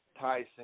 Tyson